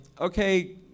okay